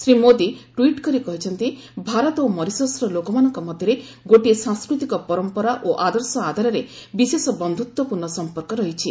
Shri Modi tweet କରି କହିଛନ୍ତି ଭାରତ ଓ ମରିସସ୍ର ଲୋକମାନଙ୍କ ମଧ୍ୟରେ ଗୋଟିଏ ସାଂସ୍କୃତିକ ପରମ୍ପରା ଓ ଆଦର୍ଶ ଆଧାରରେ ବିଶେଷ ବନ୍ଧୁତ୍ୱପୂର୍ଣ୍ଣ ସମ୍ପର୍କ ରହିଛି